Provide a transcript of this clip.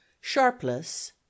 sharpless